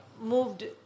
moved